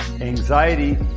anxiety